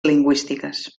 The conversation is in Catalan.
lingüístiques